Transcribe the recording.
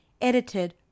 Edited